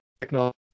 technology